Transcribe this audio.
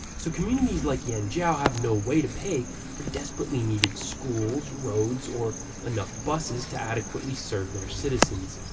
so communities like yanjiao have no way to pay for desperately-needed schools, roads or enough buses to adequately serve their citizens.